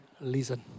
listen